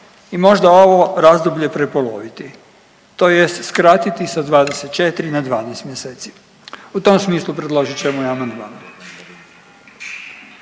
i možda ovo razdoblje prepoloviti, tj. skratiti sa 24 na 12 mjeseci. U tom smislu predložit ćemo i amandman.